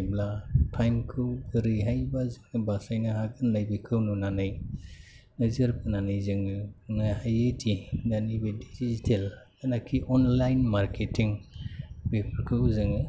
एबा टाइमखौ बोरैहायबा जोङो बासायनो हागोन बेखौ नुनानै नोजोर होनानै जोङो नायो दि दानि बायदि डिजिटेल जानाकि अनलाइन मार्केटिं बेफोरखौ जोङो